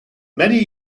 many